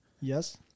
Yes